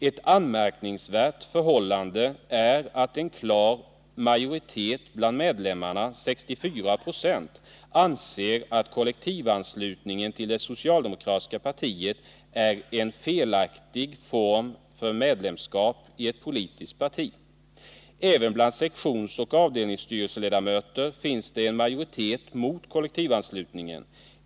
Ett anmärkningsvärt förhållande är att en klar majoritet bland medlemmarna — 64 procent — anser att kollektivanslutningen till det socialdemokratiska partiet är en felaktig form för medlemskap i ett politiskt parti. Även bland sektionsoch avdelningsstyrelseledamöterna finns det en majoritet mot kollektivanslutningen.